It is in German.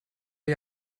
der